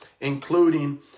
including